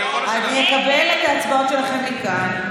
אני אקבל את ההצבעות שלכם מכאן.